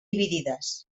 dividides